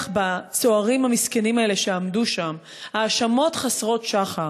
בצוערים המסכנים האלה שעמדו שם האשמות חסרות שחר,